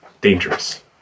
dangerous